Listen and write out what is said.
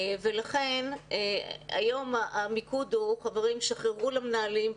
היום המיקוד הוא שחררו למנהלים,